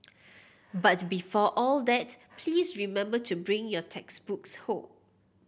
but before all that please remember to bring your textbooks home